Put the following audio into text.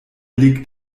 legt